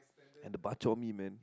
and the bak-chor-mee man